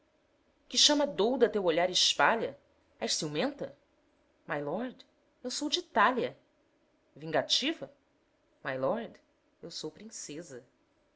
que chama douda teu olhar espalha és ciumenta mylord eu sou de itália vingativa mylord eu sou princesa